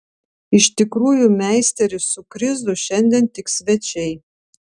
iš tikrųjų meisteris su krizu šiandien tik svečiai